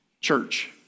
church